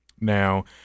Now